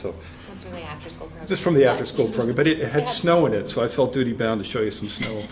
so just from the after school program but it had snow in it so i felt duty bound to show you some